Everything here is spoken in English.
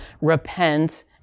Repent